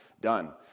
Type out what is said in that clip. done